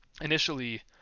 initially